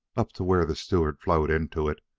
up to where the stewart flowed into it,